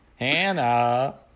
Hannah